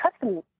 custom